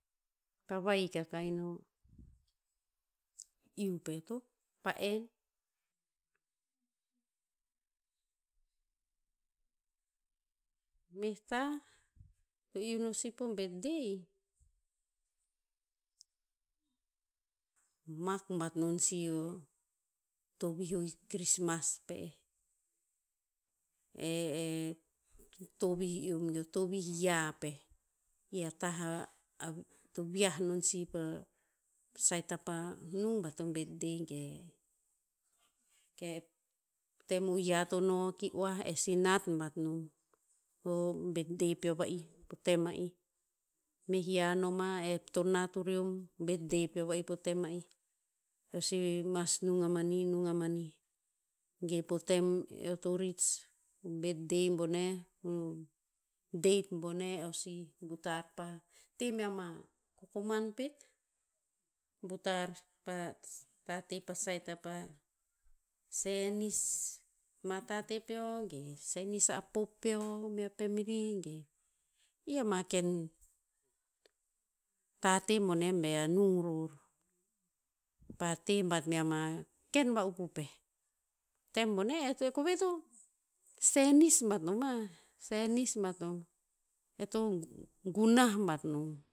Ka vahik akah ino iu pe to pa en. Meh tah, to iu no sih po birthday, mak bat non si o tovih o chrismas pe eh. E e tovih eom ge o tovih yia peh. I a tah a to viah non sih pa saet apa nung bat o birthday ge, ke tem o yia to ki oah e si nat bat nom. O birthday peo va'ih po tem ma'i. Meh yia noma e to nat ureom. Birthday peo va'ih po tem ma'i. Eo si mas nung ama nih nung ama nih. Ge po tem eo to rits o birthday bone date boneh eo si butar pa te mea ma kokoman pet. Butar pa tate pa saet apa senis, ma tate peo ge senis a pop peo mea pemiri ge. I ama ken tate bone bea nung ror. Pa te bat mea ma ken va'upupeh. Tem bone e e kove to senis bat nom ah? Senis bat nom. E to gunah bat nom